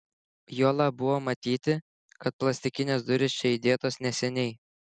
juolab buvo matyti kad plastikinės durys čia įdėtos neseniai